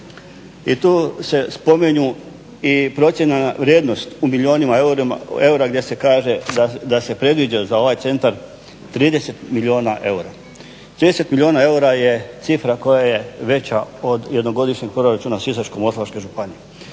I tu se spominju i procijenjena vrijednost u milijunima eura gdje se kaže da se predviđa za ovaj centar 30 milijuna eura. 30 milijuna eura je cifra koja je veća od jednogodišnjeg proračuna Sisačko-moslavačke županije.